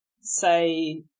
say